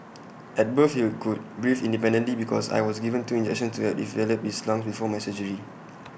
at birth he could breathe independently because I was given two injections to the develop his lungs before my surgery